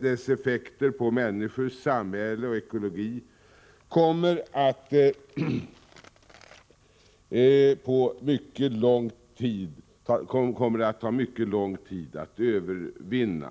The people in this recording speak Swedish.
Dess effekter på människor, samhälle och ekologi kommer att ta mycket lång tid att övervinna.